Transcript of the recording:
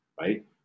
right